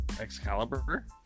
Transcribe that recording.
Excalibur